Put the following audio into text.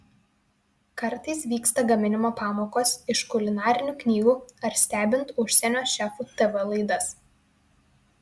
kartais vyksta gaminimo pamokos iš kulinarinių knygų ar stebint užsienio šefų tv laidas